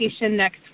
next